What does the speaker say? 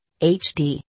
HD